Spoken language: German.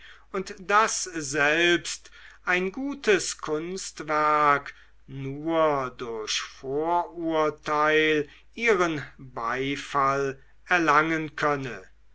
und daß selbst ein gutes kunstwerk nur durch vorurteil ihren beifall erlangen könne